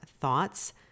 thoughts